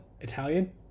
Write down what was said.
Italian